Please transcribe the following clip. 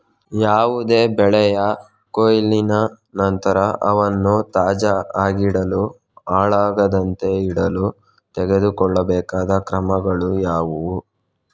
ಯಾವುದೇ ಬೆಳೆಯ ಕೊಯ್ಲಿನ ನಂತರ ಅವನ್ನು ತಾಜಾ ಆಗಿಡಲು, ಹಾಳಾಗದಂತೆ ಇಡಲು ತೆಗೆದುಕೊಳ್ಳಬೇಕಾದ ಕ್ರಮಗಳು ಯಾವುವು?